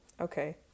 okay